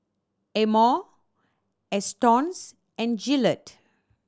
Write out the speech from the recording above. Amore Astons and Gillette